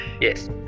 Yes